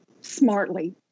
smartly